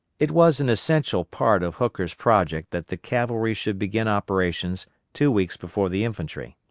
it was an essential part of hooker's project that the cavalry should begin operations two weeks before the infantry.